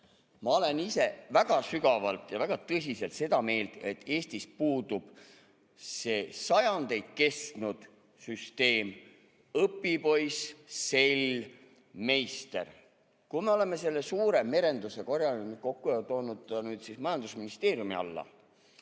Ma olen ise väga sügavalt ja väga tõsiselt seda meelt, et Eestis puudub see sajandeid kestnud süsteem: õpipoiss, sell, meister. Kui me oleme selle suure merenduse korjanud kokku ja toonud majandusministeeriumi alla,